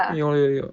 有有有